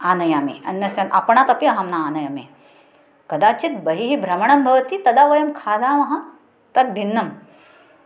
आनयामि अन्नस्मात् अपणात् अपि अहं न आनयामि कदाचित् बहिः भ्रमणं भवति तदा वयं खादामः तद्भिन्नम्